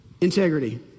Integrity